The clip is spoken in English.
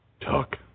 Talk